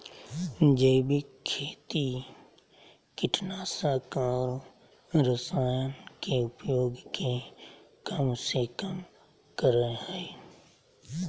जैविक खेती कीटनाशक और रसायन के उपयोग के कम से कम करय हइ